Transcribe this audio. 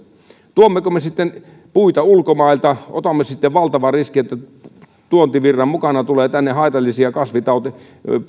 tuommeko me sitten puita ulkomailta otamme sitten valtavan riskin että tuontivirran mukana tulee tänne haitallisia kasvitauteja